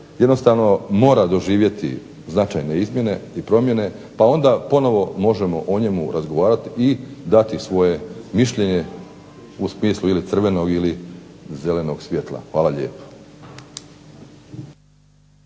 jednostavno mora doživjeti značajne izmjene i promjene pa onda možemo ponovno o njemu razgovarati i dati svoje mišljenje u smislu ili crvenog ili zelenog svjetla. Hvala lijepa.